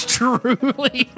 truly